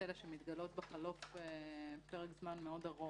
האלה שמתגלות בחלוף פרק זמן מאוד ארוך.